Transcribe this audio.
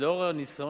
לאור הניסיון